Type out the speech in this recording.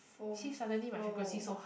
foam flow